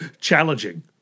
Challenging